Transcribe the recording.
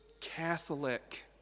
Catholic